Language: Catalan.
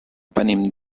venim